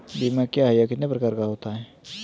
बीमा क्या है यह कितने प्रकार के होते हैं?